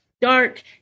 dark